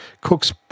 Cook's